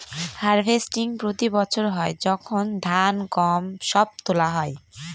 harvesting প্রতি বছর হয় যখন ধান, গম সব তোলা হয়